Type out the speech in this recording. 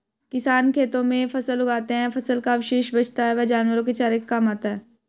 किसान खेतों में फसल उगाते है, फसल का अवशेष बचता है वह जानवरों के चारे के काम आता है